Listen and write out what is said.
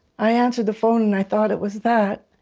i answered the phone and i thought it was that,